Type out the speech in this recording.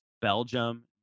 Belgium